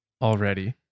already